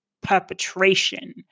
perpetration